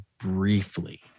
briefly